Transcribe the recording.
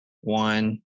one